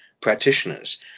practitioners